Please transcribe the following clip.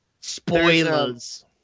spoilers